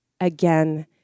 again